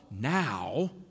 now